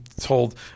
told